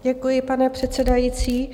Děkuji, pane předsedající.